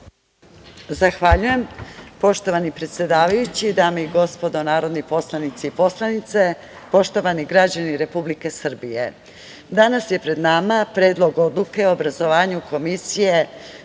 Zahvaljujem. Poštovani predsedavajući, dame i gospodo narodni poslanici i poslanice, poštovani građani Republike Srbije, danas je pred nama Predlog odluke o obrazovanju Komisije